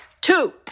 two